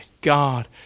God